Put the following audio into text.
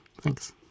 Thanks